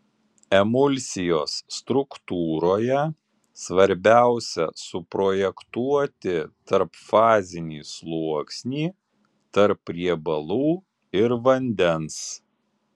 emulsijos struktūroje svarbiausia suprojektuoti tarpfazinį sluoksnį tarp riebalų ir vandens